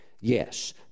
Yes